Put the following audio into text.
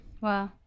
wow